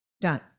Done